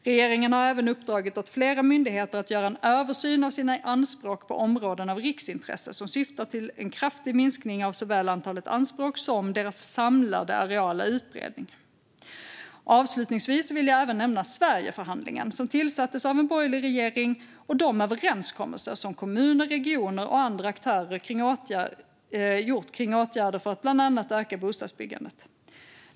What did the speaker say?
Regeringen har även uppdragit åt flera myndigheter att göra en översyn av sina anspråk på områden av riksintresse som syftar till en kraftig minskning av såväl antalet anspråk som deras samlade areella utbredning. Avslutningsvis vill jag även nämna Sverigeförhandlingen, som tillsattes av en borgerlig regering, och de överenskommelser som kommuner, regioner och andra aktörer gjort om åtgärder för att bland annat öka bostadsbyggandet.